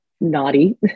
naughty